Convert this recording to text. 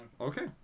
Okay